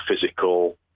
physical